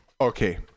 Okay